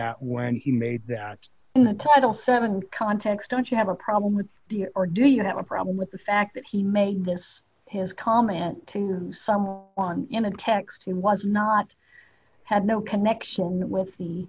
at when he made that the total seven context don't you have a problem with or do you have a problem with the fact that he made this his comment to some one in a text he was not had no connection with the